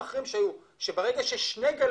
אנחנו מזמינים אותם עכשיו לעשות את ה"סשן"